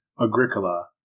Agricola